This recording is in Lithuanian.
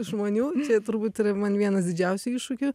žmonių turbūt ir man vienas didžiausių iššūkių